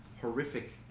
horrific